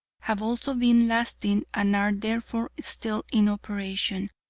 have also been lasting and are therefore still in operation,